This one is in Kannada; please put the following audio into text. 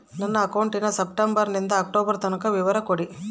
ನನ್ನ ಅಕೌಂಟಿನ ಸೆಪ್ಟೆಂಬರನಿಂದ ಅಕ್ಟೋಬರ್ ತನಕ ವಿವರ ಕೊಡ್ರಿ?